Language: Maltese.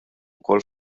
wkoll